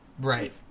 Right